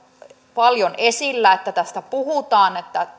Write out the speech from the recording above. paljon esillä ja että tästä puhutaan että